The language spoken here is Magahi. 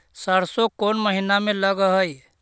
सरसों कोन महिना में लग है?